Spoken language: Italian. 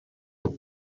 card